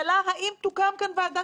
אם כבר, אז ההיפך בדיוק.